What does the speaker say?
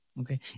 Okay